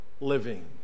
living